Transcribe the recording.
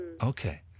Okay